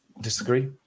Disagree